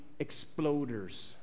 exploders